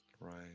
Right